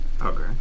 okay